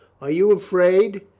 are you afraid?